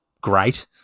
great